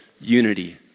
unity